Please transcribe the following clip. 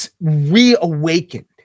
reawakened